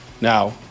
now